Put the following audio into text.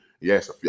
Yes